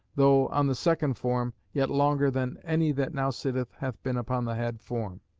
though on the second form, yet longer than any that now sitteth hath been upon the head form.